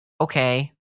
okay